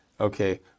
okay